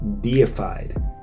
deified